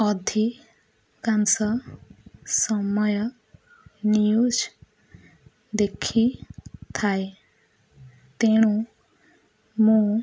ଅଧକାଂଶ ସମୟ ନ୍ୟୁଜ୍ ଦେଖିଥାଏ ତେଣୁ ମୁଁ